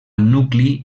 nucli